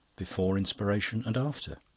before inspiration and after.